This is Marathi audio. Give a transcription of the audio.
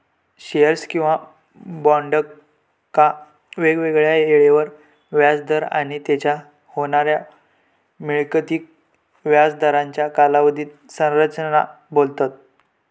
शेअर्स किंवा बॉन्डका वेगवेगळ्या येळेवर व्याज दर आणि तेच्यान होणाऱ्या मिळकतीक व्याज दरांची कालावधी संरचना बोलतत